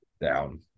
Down